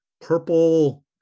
purple